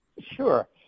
sure